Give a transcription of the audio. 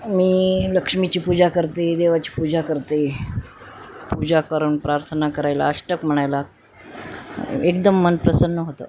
मी लक्ष्मीची पूजा करते देवाची पूजा करते पूजा करून प्रार्थना करायला अष्टक म्हणायला एकदम मन प्रसन्न होतं